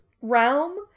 realm